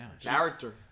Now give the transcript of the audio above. Character